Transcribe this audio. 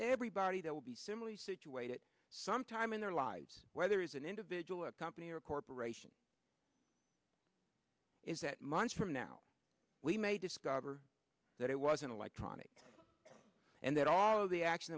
everybody that will be similarly situated some time in their lives where there is an individual or a company or a corporation is that months from now we may discover that it was an electronic and that all of the action